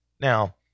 Now